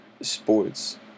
sports